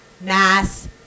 mass